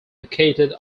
located